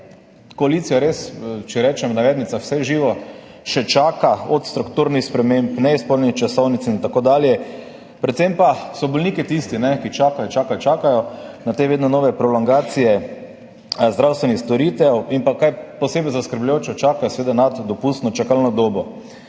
koalicijo res, če rečem v navednicah, »vse živo« še čaka, od strukturnih sprememb do neizpolnjenih časovnic in tako dalje, predvsem pa so bolniki tisti, ki čakajo, čakajo, čakajo zaradi teh vedno novih prolongacij zdravstvenih storitev, in kar je posebej zaskrbljujoče, čakajo seveda nad dopustno čakalno dobo.